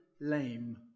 lame